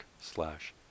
slash